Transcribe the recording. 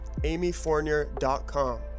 amyfournier.com